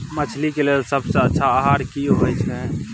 मछली के लेल सबसे अच्छा आहार की होय छै?